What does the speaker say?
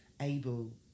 able